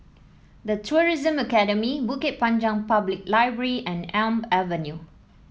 The Tourism Academy Bukit Panjang Public Library and Elm Avenue